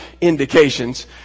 indications